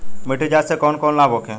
मिट्टी जाँच से कौन कौनलाभ होखे?